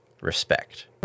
respect